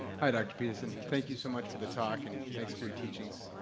hi dr. peterson, thank you so much for the talk and thanks for your teachings.